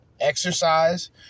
exercise